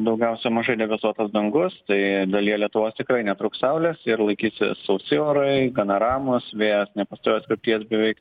daugiausia mažai debesuotas dangus tai dalyje lietuvos tikrai netrūks saulės ir laikysi sausi orai gana ramūs vėjas nepastovios krypties beveik